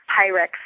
Pyrex